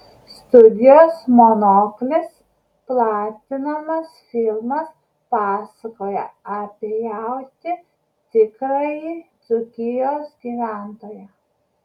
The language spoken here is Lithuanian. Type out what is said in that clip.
studijos monoklis platinamas filmas pasakoja apie jautį tikrąjį dzūkijos gyventoją